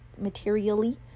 materially